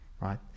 right